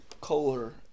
Kohler